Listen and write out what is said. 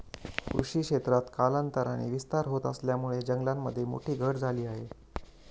कृषी क्षेत्रात कालांतराने विस्तार होत असल्यामुळे जंगलामध्ये मोठी घट झाली आहे